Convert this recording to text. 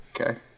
Okay